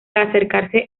acercarse